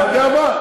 אתה יודע מה?